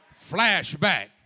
Flashback